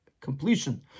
completion